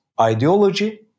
ideology